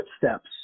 footsteps